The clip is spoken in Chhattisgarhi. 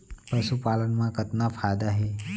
पशुपालन मा कतना फायदा हे?